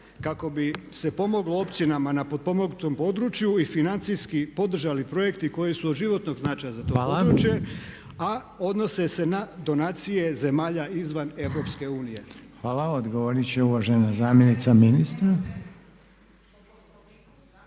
kako bi se pomoglo općinama na potpomognutom području i financijski podržali projekti koji su od životnog značaja za to područje a odnose se na donacije zemalja izvan Europske unije. **Reiner, Željko (HDZ)** Hvala. Odgovoriti će uvažena zamjenica ministra.